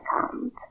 come